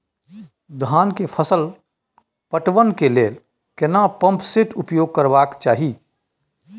धान के फसल पटवन के लेल केना पंप सेट उपयोग करबाक चाही?